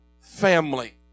family